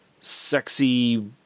sexy